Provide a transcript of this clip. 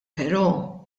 però